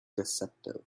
deceptive